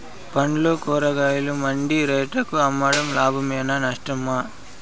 పండ్లు కూరగాయలు మండి రేట్లకు అమ్మడం లాభమేనా నష్టమా?